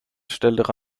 stellte